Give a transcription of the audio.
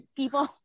people